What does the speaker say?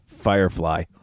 Firefly